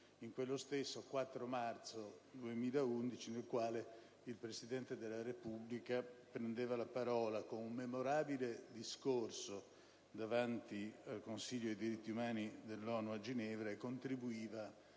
in quello stesso 4 marzo 2011, nel quale il Presidente della Repubblica prendeva la parola con un memorabile discorso davanti al Consiglio dei diritti umani dell'ONU a Ginevra e contribuiva